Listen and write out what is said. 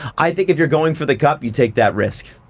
i think if you're going for the cup, you take that risk.